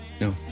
No